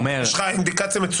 יש לך אינדיקציה כי 25% שילמו.